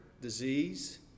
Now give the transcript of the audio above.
disease